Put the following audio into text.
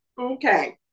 Okay